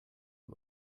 und